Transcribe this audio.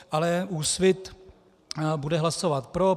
Ale Úsvit bude hlasovat pro.